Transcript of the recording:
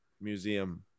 museum